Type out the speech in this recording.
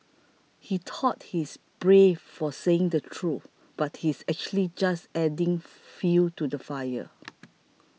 he thought he's brave for saying the truth but he's actually just adding fuel to the fire